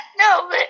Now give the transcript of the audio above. No